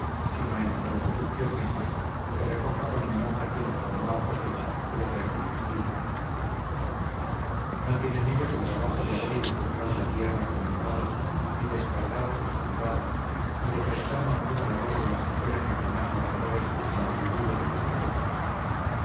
sino entro los egipcios mismos que recoja con menor fatiga su anual cosecha que los de aquel distrito no tienen ellos el trabajo de abrir y surcar la tierra con el arado ni de escardar sus sembrados ni de prestar ninguna labor de las que suelen los demás labradores en el cultivo de sus cosechas